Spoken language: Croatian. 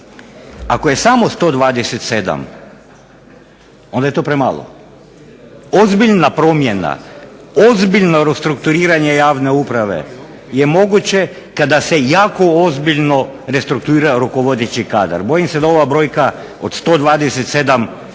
ako je samo 127 onda je to premalo. Ozbiljna promjena, ozbiljno restrukturiranje javne uprave je moguće kada se jako ozbiljno restrukturira rukovodeći kadar. Bojim se da ova brojka od 127 nije